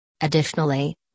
Additionally